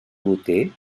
luter